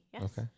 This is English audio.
yes